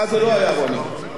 לא השתלחו באנשי האוצר.